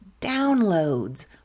downloads